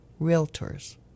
Realtors